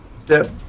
step